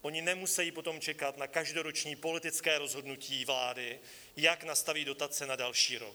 Oni nemusejí potom čekat na každoroční politické rozhodnutí vlády, jak nastaví dotace na další rok.